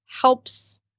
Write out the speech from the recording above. helps